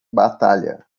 batalha